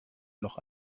noch